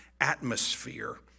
atmosphere